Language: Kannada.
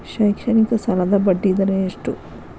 ಶೈಕ್ಷಣಿಕ ಸಾಲದ ಬಡ್ಡಿ ದರ ಎಷ್ಟು?